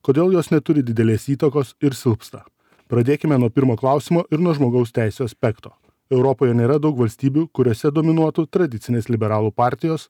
kodėl jos neturi didelės įtakos ir silpsta pradėkime nuo pirmo klausimo ir nuo žmogaus teisių aspekto europoje nėra daug valstybių kuriose dominuotų tradicinės liberalų partijos